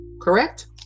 Correct